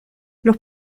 los